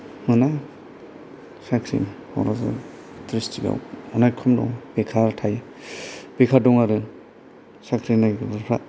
मोना साख्रि क'क्राझार डिसत्रिक आव अनेक खम दं बेखार थायो बेखार दं आरो साख्रि नायगिरग्राफोरा